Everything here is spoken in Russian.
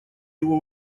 его